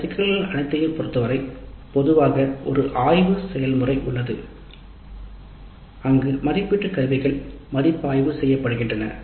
இந்த சிக்கல்கள் அனைத்தையும் பொறுத்தவரை பொதுவாக ஒரு ஆய்வு செயல்முறை உள்ளது அங்கு மதிப்பீடு கருவிகள் மதிப்பாய்வு செய்யப்படுகின்றன